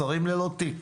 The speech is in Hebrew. שרים ללא תיק